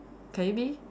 can it be